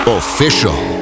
official